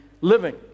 living